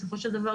בסופו של דבר,